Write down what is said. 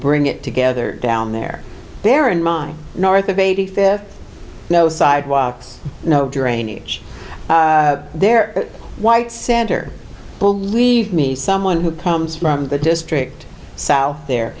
bring it together down there bear in mind north of eighty fifth no sidewalks no drainage there white sand or believe me someone who comes from the district south there